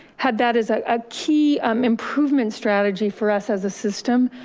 had that as a ah key um improvement strategy for us as a system.